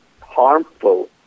harmful